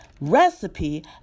recipe